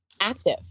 active